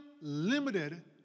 limited